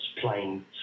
playing